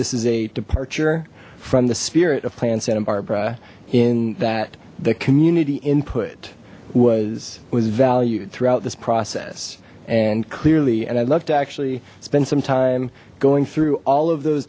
this is a departure from the spirit of planned santa barbara in that the community input was was valued throughout this process and clearly and i'd love to actually spend some time going through all of those